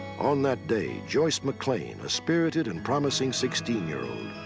on that day, joyce mclain, a spirited and promising sixteen year old,